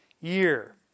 year